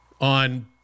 on